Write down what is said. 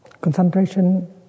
Concentration